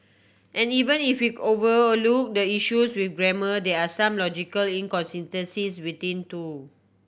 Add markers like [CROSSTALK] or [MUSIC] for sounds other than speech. and even if we [HESITATION] over a look the issues with grammar there are some logical inconsistencies within too